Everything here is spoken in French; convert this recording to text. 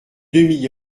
demi